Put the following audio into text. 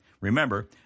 Remember